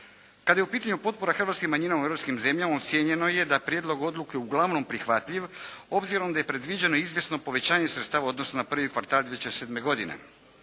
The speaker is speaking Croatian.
Kada je u pitanju potpora hrvatskim manjinama u europskim zemljama ocijenjeno je da je prijedlog odluke uglavnom prihvatljiv, obzirom da je predviđeno izvjesno povećanje sredstava u odnosu na prvi kvartal 2007. godine.